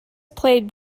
played